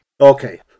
okay